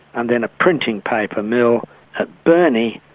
and then a printing paper mill at burney,